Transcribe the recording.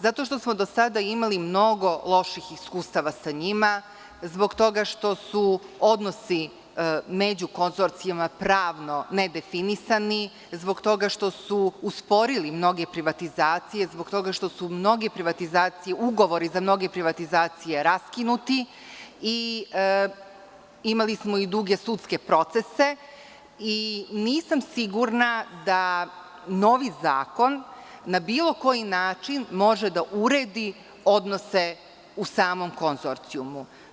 Zato što smo do sada imali mnogo loših iskustava sa njima, zbog toga što su odnosi među konzorcijumima pravno nedefinisani, zbog toga što su usporili mnoge privatizacije, zbog toga što su ugovori za mnoge privatizacije raskinuti i imali smo i duge sudske procese i nisam sigurna da novi zakon na bilo koji način može da uredi odnose u samom konzorcijumu.